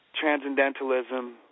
transcendentalism